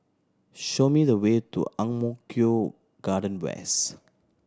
show me the way to Ang Mo Kio Garden West